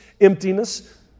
emptiness